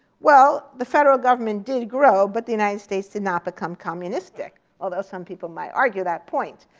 well, the federal government did grow, but the united states did not become communistic. although some people might argue that point.